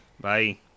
Bye